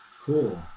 Cool